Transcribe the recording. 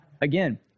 again